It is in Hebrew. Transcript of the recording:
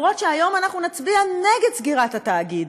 אף שהיום נצביע נגד סגירת התאגיד.